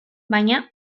baina